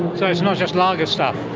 so it's not just lager stuff?